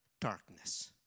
darkness